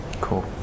Cool